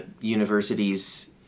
universities